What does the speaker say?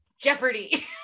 Jeopardy